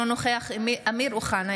אינו נוכח אמיר אוחנה,